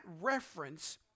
reference